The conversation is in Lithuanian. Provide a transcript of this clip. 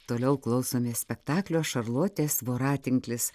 toliau klausomės spektaklio šarlotės voratinklis